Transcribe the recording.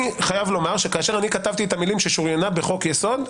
אני חייב לומר שכאשר כתבתי את המילים: "ששוריינה בחוק יסוד",